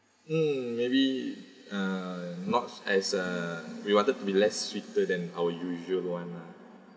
mm maybe uh not as uh we wanted to be less sweeter than our usual [one] lah